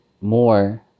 more